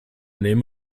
name